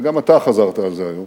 וגם אתה חזרת על זה היום,